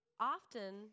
often